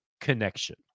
connection